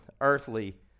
earthly